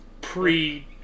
pre